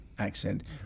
accent